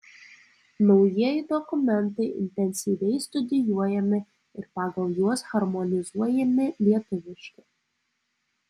naujieji dokumentai intensyviai studijuojami ir pagal juos harmonizuojami lietuviški